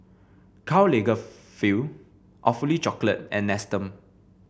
Karl Lagerfeld Awfully Chocolate and Nestum